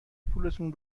پولتون